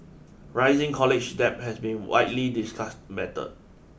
rising college debt has been widely discussed mattered